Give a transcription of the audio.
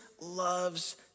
loves